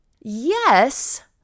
Yes